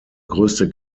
größte